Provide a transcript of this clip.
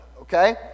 okay